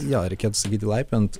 jo reikėtų sakyti laipiojant